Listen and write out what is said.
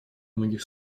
многих